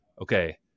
okay